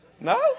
No